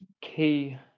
key